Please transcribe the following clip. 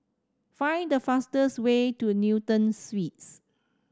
find the fastest way to Newton Suites